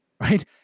right